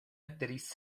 actriz